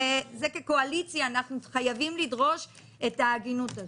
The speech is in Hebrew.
כקואליציה אנחנו חייבים לדרוש את ההגינות הזאת.